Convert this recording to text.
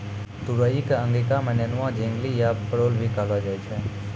तुरई कॅ अंगिका मॅ नेनुआ, झिंगली या परोल भी कहलो जाय छै